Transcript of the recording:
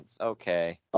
Okay